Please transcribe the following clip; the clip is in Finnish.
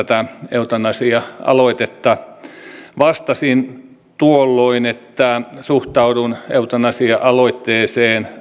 eutanasia aloitetta vastasin tuolloin että suhtaudun eutanasia aloitteeseen